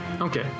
Okay